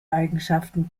eigenschaften